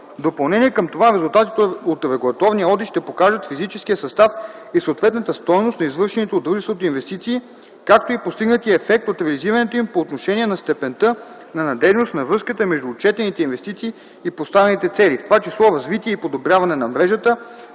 допълнение към това, резултатите от регулаторния одит ще покажат физическия състав и съответната стойност на извършените от дружеството инвестиции, както и постигнатия ефект от реализирането им по отношение на степента на надеждност на връзката между отчетените инвестиции и поставените цели, в това число развитие и подобряване на мрежата,